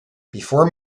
before